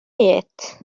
yet